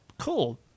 cool